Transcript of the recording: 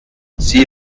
sie